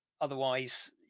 Otherwise